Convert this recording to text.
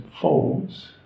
folds